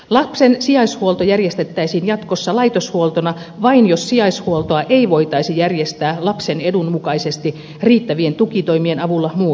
lapsen sijaishuolto järjestettäisiin jatkossa laitoshuoltona vain jos sijaishuoltoa ei voitaisi järjestää lapsen edun mukaisesti riittävien tukitoimien avulla muutoin